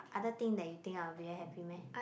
other thing that you think I'll be very happy meh